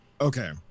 Okay